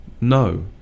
no